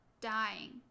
dying